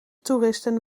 toeristen